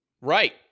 Right